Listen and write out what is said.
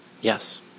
Yes